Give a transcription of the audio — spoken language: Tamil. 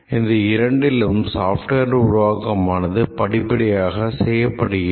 இந்த இரண்டிலும் software உருவாக்கமானது படிப்படியாக செய்யப்படுகிறது